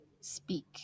speak